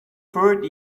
third